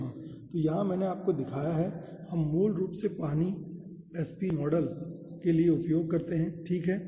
तो यहां मैंने आपको दिखाया है हम मूल रूप से पानी SPCE मॉडल के लिए उपयोग करते हैं ठीक है